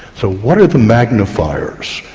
so what are the magnifiers,